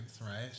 right